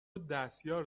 دستیار